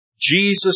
Jesus